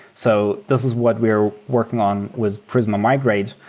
so this is what we're working on with prisma migrate,